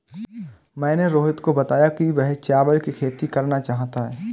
मैंने रोहित को बताया कि वह चावल की खेती करना चाहता है